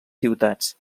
ciutats